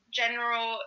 general